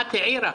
אוסנת העירה.